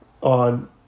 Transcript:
on